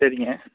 சரிங்க